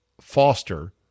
Foster